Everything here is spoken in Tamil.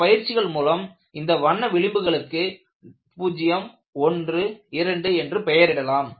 சில பயிற்சிகள் மூலம் இந்த வண்ண விளிம்புகளுக்கு 012 என்று பெயரிடலாம்